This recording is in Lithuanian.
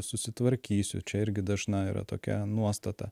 susitvarkysiu čia irgi dažna yra tokia nuostata